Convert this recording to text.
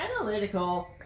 analytical